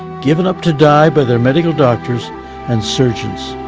given up to die by their medical doctors and surgeons.